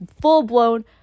full-blown